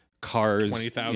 Cars